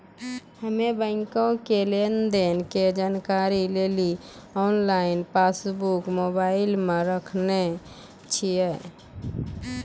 हम्मे बैंको के लेन देन के जानकारी लेली आनलाइन पासबुक मोबाइले मे राखने छिए